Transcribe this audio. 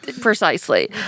Precisely